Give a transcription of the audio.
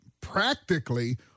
practically